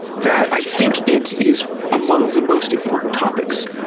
that i think it is among the most important topics